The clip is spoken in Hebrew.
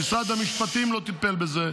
משרד המשפטים לא טיפל בזה,